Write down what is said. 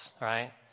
Right